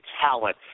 talent